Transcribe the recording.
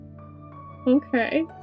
Okay